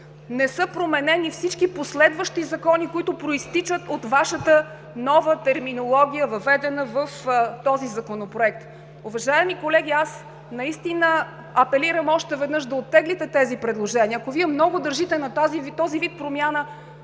Не са променени всички последващи закони, които произтичат от Вашата нова терминология, въведена в този законопроект. Уважаеми колеги, аз наистина апелирам още веднъж да оттеглите тези предложения. Ако Вие много държите на този вид промяна,